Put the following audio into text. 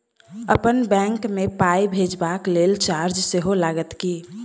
अप्पन बैंक मे पाई भेजबाक लेल चार्ज सेहो लागत की?